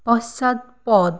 পশ্চাৎপদ